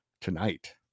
tonight